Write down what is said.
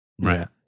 right